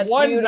one